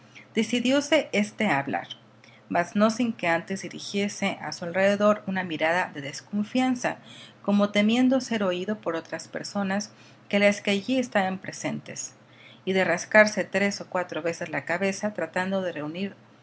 decidióse éste a hablar mas no sin que antes dirigiese a su alrededor una mirada de desconfianza como temiendo ser oído por otras personas que las que allí estaban presentes y de rascarse tres o cuatro veces la cabeza tratando de reunir